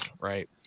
Right